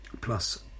plus